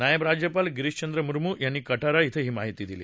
नायब राज्यपाल गिरिश्वंद्र मूर्मू यांनी कटारा क्वें ही माहिती दिली